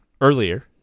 earlier